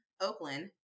Oakland